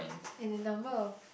and the number of